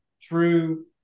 true